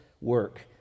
work